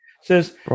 says